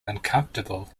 uncomfortable